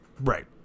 Right